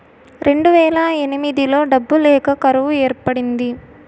రెండువేల ఎనిమిదిలో డబ్బులు లేక కరువు ఏర్పడింది